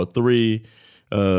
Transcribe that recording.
Three